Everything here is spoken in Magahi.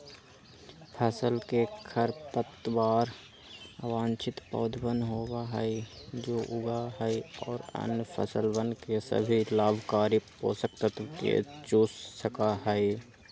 फसल के खरपतवार अवांछित पौधवन होबा हई जो उगा हई और अन्य फसलवन के सभी लाभकारी पोषक तत्व के चूस सका हई